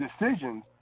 decisions